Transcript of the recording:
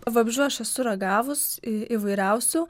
vabzdžių aš esu ragavus į įvairiausių